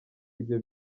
ibyo